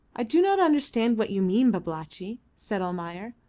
i do not understand what you mean, babalatchi, said almayer.